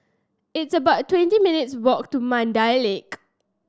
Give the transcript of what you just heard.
it's about twenty minutes' walk to Mandai Lake